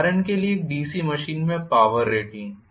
उदाहरण के लिए एक डीसी मशीन में पॉवर रेटिंग